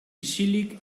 isilik